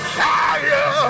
fire